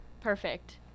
perfect